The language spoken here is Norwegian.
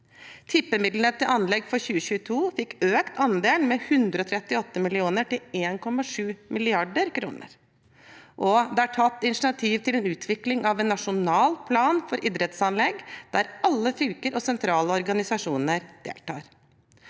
Tippemidlene til anlegg for 2022 fikk økt andelen med 138 mill. kr, til 1,7 mrd. kr, og det er tatt initiativ til utvikling av en nasjonal plan for idrettsanlegg, der alle fylker og sentrale organisasjoner deltar.